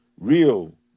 Real